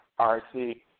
RC